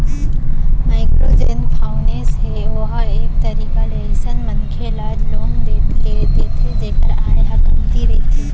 micro जेन finance हे ओहा एक तरीका ले अइसन मनखे ल लोन देथे जेखर आय ह कमती रहिथे